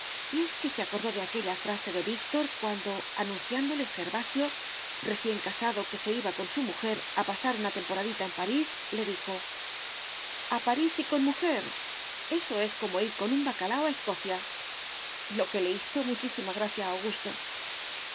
y es que se acordó de aquella frase de víctor cuando anunciándoles gervasio recién casado que se iba con su mujer a pasar una temporadita en parís le dijo a parís y con mujer eso es como ir con un bacalao a escocia lo que le hizo muchísima gracia a augusto y